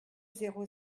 zéro